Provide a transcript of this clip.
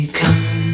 come